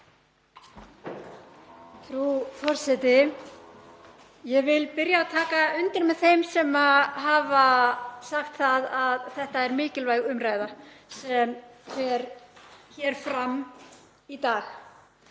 Frú forseti. Ég vil byrja á að taka undir með þeim sem hafa sagt það að þetta sé mikilvæg umræða sem fer hér fram í dag.